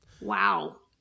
wow